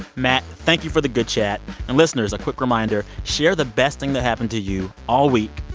matt, thank you for the good chat. and listeners, a quick reminder. share the best thing that happened to you all week.